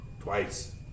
Twice